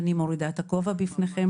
אני מורידה את הכובע בפניכם.